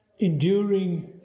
Enduring